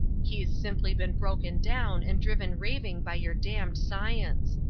he's simply been broken down and driven raving by your damned science.